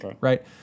right